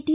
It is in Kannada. ಟಿ